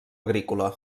agrícola